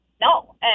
no